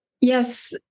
Yes